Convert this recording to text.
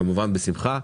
כמובן בשמחה.